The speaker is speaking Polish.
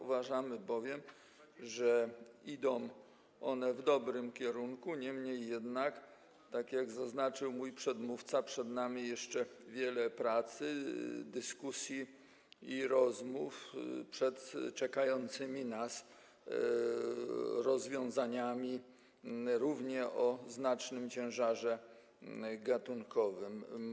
Uważamy bowiem, że idą one w dobrym kierunku, niemniej jednak, tak jak zaznaczył mój przedmówca, przed nami jeszcze wiele pracy, dyskusji i rozmów przed czekającymi nas rozwiązaniami, również o znacznym ciężarze gatunkowym.